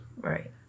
Right